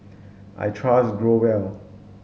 I trust Growell